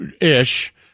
ish